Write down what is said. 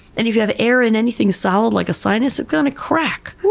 and if you have air in anything solid, like a sinus, it's going to crack.